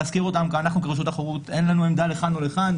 אנחנו ברשות התחרות אין לנו עמדה לכאן או לכאן.